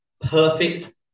perfect